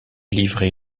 livré